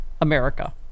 america